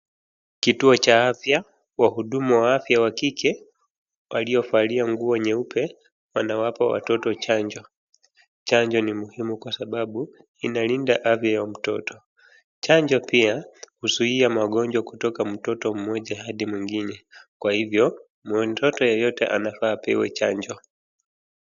Kituo cha afya, wahudumu wa afya wakike ,waliovalia nguo nyeupe. Wanawapa watoto chanjo. Chanjo ni muhimu kwa sababu inalinda afya ya mtoto. Chanjo pia huuzuia magonjwa kutoka mtoto mmoja had mwingine kwa hivyo mtoto yeyote anafaa apewe chanjo